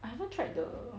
I haven't tried the